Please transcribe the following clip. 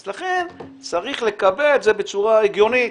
אז לכן צריך לקבע את זה בצורה הגיונית.